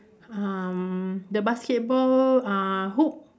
um the basketball uh hoop